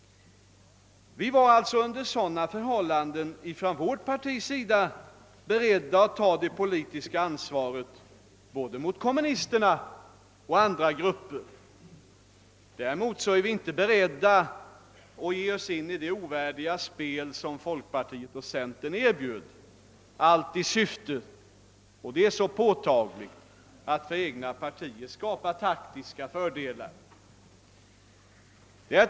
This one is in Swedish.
Vårt parti var under sådana förhållanden berett att ta det politiska ansvaret både vad gäller kommunisterna och andra grupper. Vi är däremot inte beredda att ge oss in på det ovärdiga spel som folkpartiet och centern inbjöd till, allt i syfte — och det är mycket påtagligt — att för det egna partiet skapa taktiska fördelar.